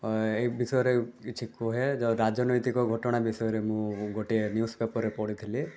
ଏହି ବିଷୟରେ କିଛି କୁହେ ରାଜନୈତିକ ଘଟଣା ବିଷୟରେ ମୁଁ ଗୋଟେ ନ୍ୟୂଜ୍ ପେପରରେ ପଢ଼ିଥିଲି